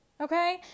Okay